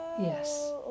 Yes